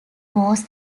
was